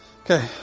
Okay